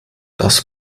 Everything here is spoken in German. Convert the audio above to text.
das